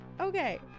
okay